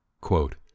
Quote